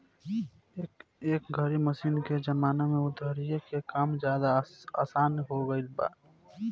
एह घरी मशीन के जमाना में दउरी के काम ज्यादे आसन हो गईल बा